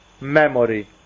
memory